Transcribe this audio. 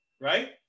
right